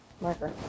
marker